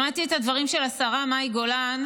שמעתי את הדברים של השרה מאי גולן,